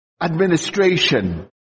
administration